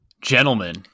Gentlemen